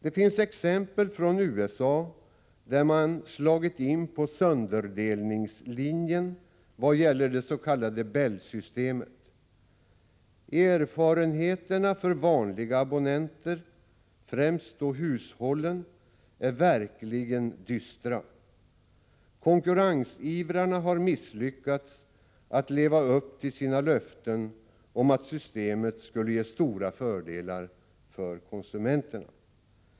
Det finns exempel från USA, där man slagit in på sönderdelningslinjen vad gäller det s.k. Bell-systemet. Erfarenheterna för vanliga abonnenter — främst hushållen — är verkligen dystra. Konkurrensivrarna har misslyckats att leva upp till sina löften om att systemet skulle ge stora fördelar för konsumenterna.